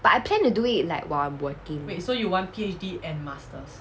but I plan to do it like while I'm working